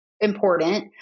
important